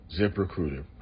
ZipRecruiter